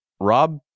Rob